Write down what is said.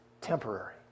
temporary